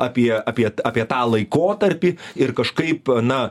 apie apie apie tą laikotarpį ir kažkaip na